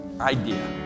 idea